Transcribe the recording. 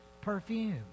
perfume